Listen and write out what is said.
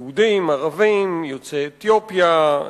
יהודים, ערבים, יוצאי אתיופיה,